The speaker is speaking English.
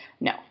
no